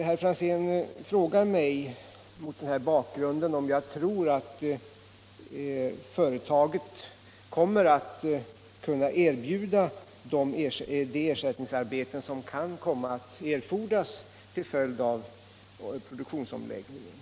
Herr Franzén frågade mig mot denna bakgrund om jag tror att företaget kommer att kunna erbjuda de ersättningsarbeten som kan komma att erfordras till följd av produktionsomläggningen.